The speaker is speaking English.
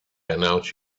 announce